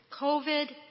COVID